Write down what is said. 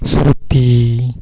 Shruti